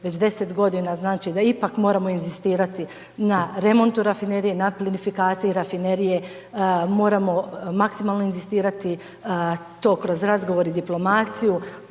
već 10 g. znači d ipak moramo inzistirati na remontu rafinerije, …/Govornik se ne razumije./… benefikacije i rafinerije, moramo maksimalno inzistirati to kroz razgovor i diplomaciju,